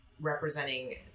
representing